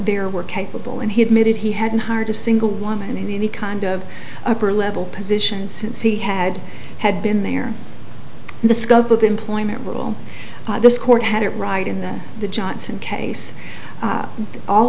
there were capable and he admitted he hadn't hired a single woman in the any kind of upper level positions since he had had been there in the scope of employment will this court had it right in that the johnson case